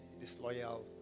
disloyal